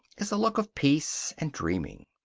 is a look of peace and dreaming.